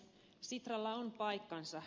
sitralla on paikkansa